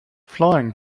flying